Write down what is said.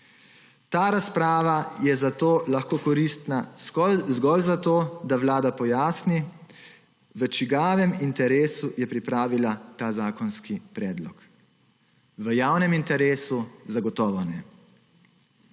Ta razprava je zato lahko koristna zgolj zato, da Vlada pojasni, v čigavem interesu je pripravila ta zakonski predlog. V javnem interesu zagotovo ne.